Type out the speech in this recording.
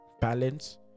balance